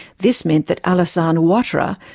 this meant that alassane ouattara,